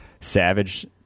Savage